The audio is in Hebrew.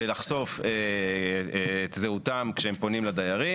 ולחשוף את זהותם כשהם פונים לדיירים.